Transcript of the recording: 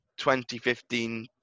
2015